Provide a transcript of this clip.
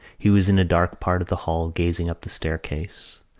he was in a dark part of the hall gazing up the staircase.